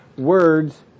Words